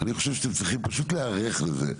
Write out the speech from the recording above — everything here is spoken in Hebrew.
אני חושב שאתם צריכים פשוט להיערך לזה.